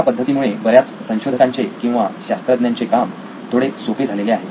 या पद्धती मुळे बऱ्याच शोधकांचे किंवा शास्त्रज्ञांचे काम थोडे सोपे झालेले आहे